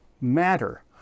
matter